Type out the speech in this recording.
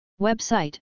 Website